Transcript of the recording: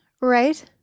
right